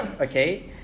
okay